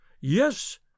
Yes